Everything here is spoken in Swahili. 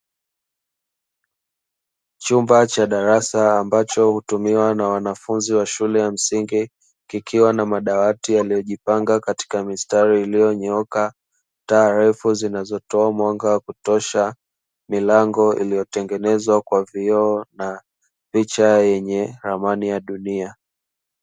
Chumba cha darasa ambacho hutumiwa na wanafunzi wa shule ya msingi, kikiwa na madawati yaliyojipanga katika mistari iliyonyooka, taa ndefu zinazotoa mwanga wa kutosha, milango iliyotengenezwa kwa vioo na picha yenye ramani ya dunia.